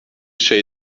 şey